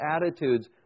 attitudes